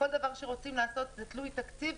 כל דבר שרוצים לעשות זה תלוי תקציב.